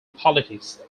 politics